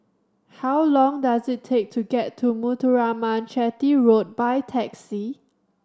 how long does it take to get to Muthuraman Chetty Road by taxi